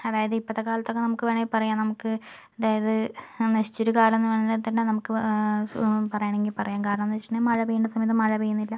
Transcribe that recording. അതായത് ഇപ്പോഴത്തെ കാലത്തൊക്കെ നമുക്ക് വേണമെങ്കിൽ പറയാം നമുക്ക് അതായത് നശിച്ചൊരു കാലം എന്നു വേണമെങ്കിൽ തന്നെ നമുക്ക് പറയുകയാണെങ്കിൽ പറയാം കാരണം എന്നു വച്ചിട്ടുണ്ടെങ്കിൽ മഴ പെയ്യേണ്ട സമയത്ത് മഴ പെയ്യുന്നില്ല